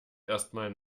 erstmal